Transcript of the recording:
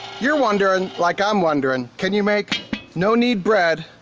you're wondering like i'm wondering, can you make no-knead bread